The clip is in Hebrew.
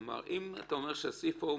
אם אתה אומר שהסעיף ההוא מכסה,